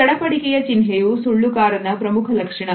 ಚಡಪಡಿಕೆಯ ಚಿಹ್ನೆಯು ಸುಳ್ಳುಗಾರ ನ ಪ್ರಮುಖ ಲಕ್ಷಣ